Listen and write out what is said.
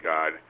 God